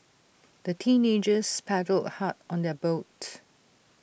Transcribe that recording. the teenagers paddled hard on their boat